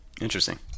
Interesting